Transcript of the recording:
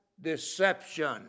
Deception